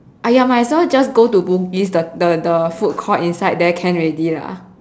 !aiya! must as well just go to bugis the the the food court inside there can already lah